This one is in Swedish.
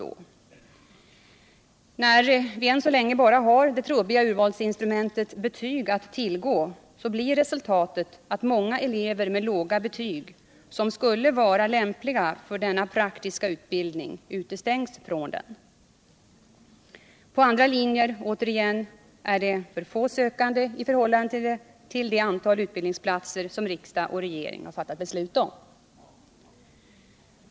Då vi än så länge bara har det trubbiga urvalsinstrumentet betyg att tillgå, blir resultatet att många elever med låga betyg som skulle vara lämpliga för denna praktiska utbildning utestängs ifrån den. På andra linjer återigen är det för få sökande i förhållande till det antal utbildningsplatser som riksdag och regering fattat beslut om.